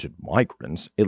migrants